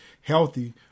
healthy